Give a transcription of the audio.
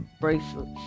bracelets